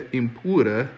impura